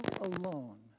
alone